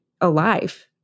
alive